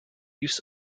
use